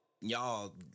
y'all